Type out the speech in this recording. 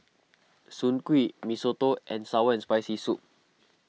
Soon Kuih Mee Soto and Sour and Spicy Soup